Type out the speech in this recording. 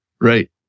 Right